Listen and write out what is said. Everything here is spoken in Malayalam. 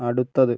അടുത്തത്